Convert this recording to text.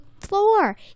floor